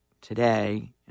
today